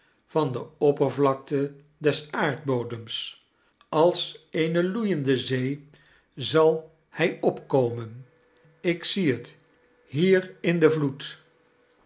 van de oppervlakte des aardbodems als eene loeiende zee zal kerstvertellingen ill hij opkomen ik zie het hier in den vloed